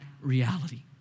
reality